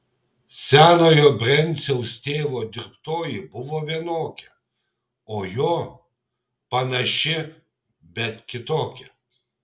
senojo brenciaus tėvo dirbtoji buvo vienokia o jo panaši bet kitokia